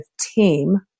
team